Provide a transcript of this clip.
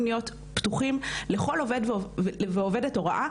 להיות פתוחים לכל עובד ועובדת הוראה,